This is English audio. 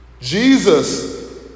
Jesus